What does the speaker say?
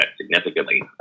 significantly